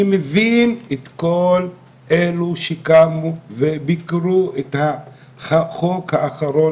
אני מבין את כל אלו שקמו וביקרו את החוק האחרון